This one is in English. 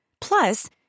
Plus